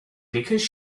because